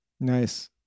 Nice